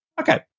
Okay